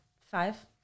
five